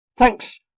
Thanks